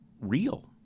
real